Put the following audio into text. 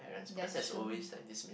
that's true